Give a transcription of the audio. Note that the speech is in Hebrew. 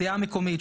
סיעה מקומית,